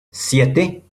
siete